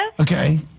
Okay